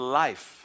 life